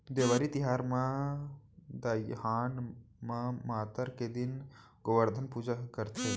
देवारी तिहार म दइहान म मातर के दिन गोबरधन पूजा करथे